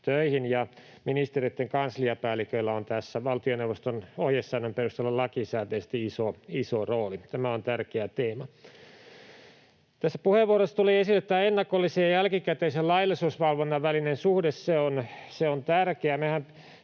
ja ministeriöitten kansliapäälliköillä on tässä valtioneuvoston ohjesäännön perusteella lakisääteisesti iso rooli. Tämä on tärkeä teema. Tässä puheenvuorossa tuli esille ennakollisen ja jälkikäteisen laillisuusvalvonnan välinen suhde. Se on tärkeä.